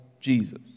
Jesus